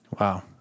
Wow